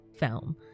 film